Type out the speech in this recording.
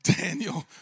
Daniel